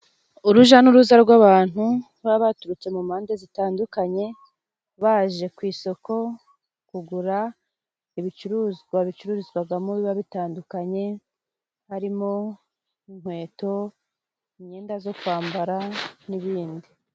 Uruja n'uruza rw'abantu baba baturutse mu mpande zitandukanye, baje ku isoko kugura ibicuruzwa bicururizwagamo, biba bitandukanye harimo inkweto imyenda zo kwambara n'ibindi.